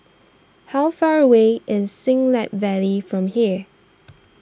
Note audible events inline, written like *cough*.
how far away is Siglap Valley from here *noise*